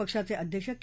पक्षाचे अध्यक्ष के